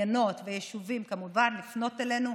ויישובים, כמובן, לפנות אלינו.